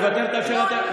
את מוותרת על שאלת ההמשך?